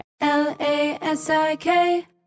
L-A-S-I-K